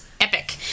epic